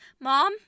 Mom